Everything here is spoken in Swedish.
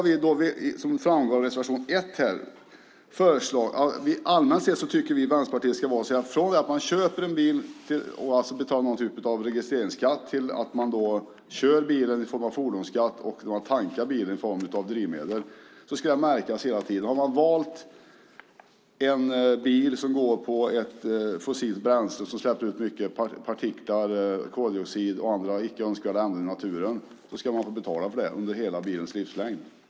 Vi i Vänsterpartiet tycker att det ska vara så att det från det att man köper en bil och betalar registreringsskatt, kör bilen och betalar fordonsskatt och tankar bilen med drivmedel ska märkas vilken sorts bil det är. Har man valt en bil som går på fossilt bränsle som släpper ut mycket partiklar, koldioxid och andra icke önskvärda ämnen i naturen ska man betala för det under bilens hela livslängd.